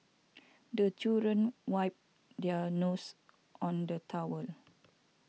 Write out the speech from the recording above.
the children wipe their noses on the towel